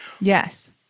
Yes